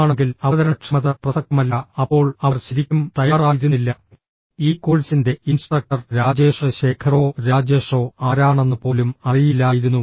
മോശമാണെങ്കിൽ അവതരണക്ഷമത പ്രസക്തമല്ല അപ്പോൾ അവർ ശരിക്കും തയ്യാറായിരുന്നില്ല ഈ കോഴ്സിന്റെ ഇൻസ്ട്രക്ടർ രാജേഷ് ശേഖറോ രാജേഷോ ആരാണെന്ന് പോലും അറിയില്ലായിരുന്നു